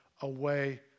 away